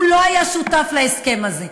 הוא לא היה שותף להסכם הזה,